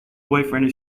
boyfriend